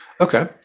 Okay